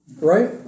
right